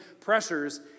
pressures